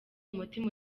umutima